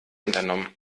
unternommen